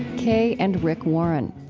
kay and rick warren.